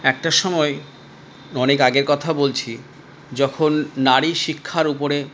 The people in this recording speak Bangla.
একটা সময় অনেক আগের কথা বলছি যখন নারী শিক্ষার ওপরে